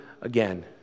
again